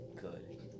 good